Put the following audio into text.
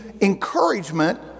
encouragement